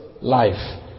life